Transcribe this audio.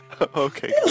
Okay